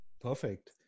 Perfect